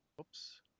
oops